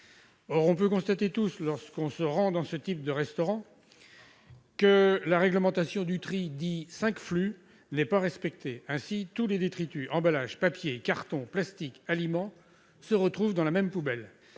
pouvons tous constater, lorsque nous nous rendons dans ce type de restaurant, que la réglementation du tri dit « 5 flux » n'est pas respectée. Ainsi, tous les détritus, emballages, papiers, cartons, plastiques et aliments se retrouvent dans la même poubelle.